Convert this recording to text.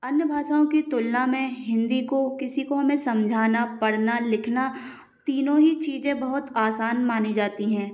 अन्य भाषाओं की तुलना में हिंदी को किसी को हमें समझाना पढ़ना लिखना तीनों ही चीजें बहुत आसान मानी जाती हैं